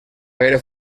gaire